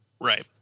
right